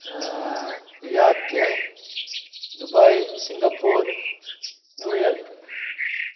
Riyadh Dubai London New York